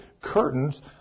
curtains